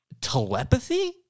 Telepathy